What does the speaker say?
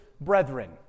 brethren